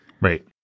Right